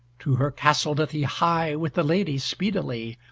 to her castle doth he hie with the lady speedily,